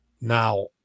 Now